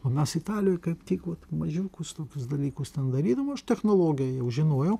o mes italijoje kaip tik vat mažiukus tokius dalykus ten darydavom aš technologiją jau žinojau